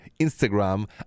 Instagram